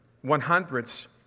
one-hundredths